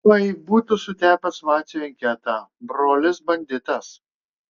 oi būtų sutepęs vaciui anketą brolis banditas